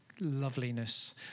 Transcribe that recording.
loveliness